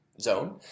zone